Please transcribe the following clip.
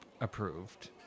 approved